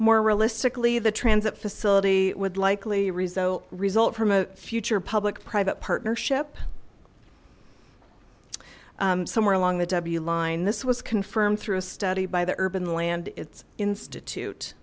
more realistically the transit facility would likely result result from a future public private partnership somewhere along the line this was confirmed through a study by the urban land its institute